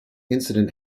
incident